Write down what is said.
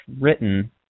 written